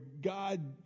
God